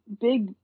big